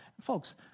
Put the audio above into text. Folks